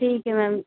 ठीक है मैम